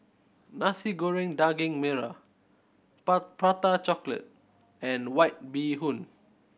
Nasi Goreng Daging Merah Prata Chocolate and White Bee Hoon